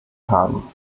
haben